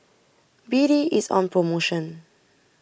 B D is on promotion